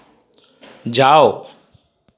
जाओ